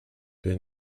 been